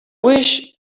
wish